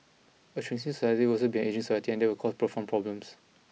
a shrinking society will also be an ageing society and that will cause profound problems